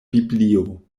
biblio